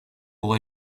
pour